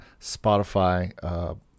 Spotify